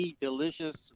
delicious